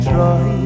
Try